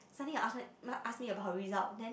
starting to ask m~ ask me about her result then